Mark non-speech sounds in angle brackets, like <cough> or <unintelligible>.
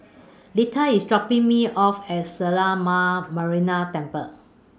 Lita IS dropping Me off At <unintelligible> Ma Marina Temple